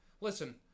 Listen